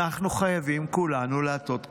אנחנו חייבים כולנו להטות כתף.